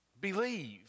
believe